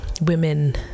women